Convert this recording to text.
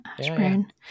Ashburn